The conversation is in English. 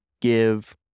give